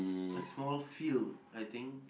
a small field I think